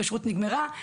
הכשרות נגמרה,